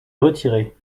retiré